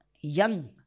young